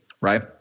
Right